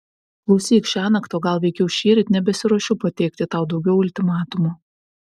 klausyk šiąnakt o gal veikiau šįryt nebesiruošiu pateikti tau daugiau ultimatumų